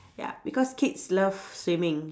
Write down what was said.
ya because kids love swimming